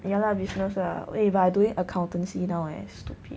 ya lah business lah !oi! but I now doing accountancy now eh stupid